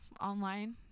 online